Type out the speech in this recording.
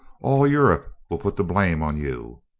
all europe will put the blame on you.